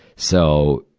so,